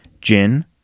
Gin